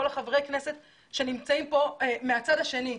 כל חברי הכנסת שנמצאים פה מהצד השני: